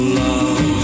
love